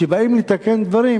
כשבאים לתקן דברים,